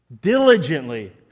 diligently